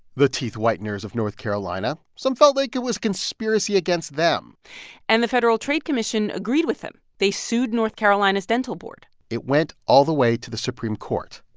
the teeth whiteners of north carolina. some felt like it was conspiracy against them and the federal trade commission agreed with them. they sued north carolina's dental board it went all the way to the supreme court.